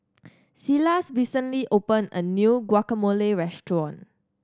Silas recently opened a new Guacamole Restaurant